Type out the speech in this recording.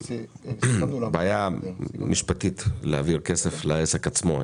יש בעיה משפטית להעביר כסף לעסק עצמו.